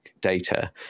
data